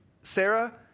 Sarah